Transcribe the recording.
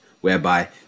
whereby